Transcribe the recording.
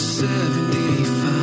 75